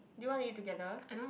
you want eat together